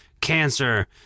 cancer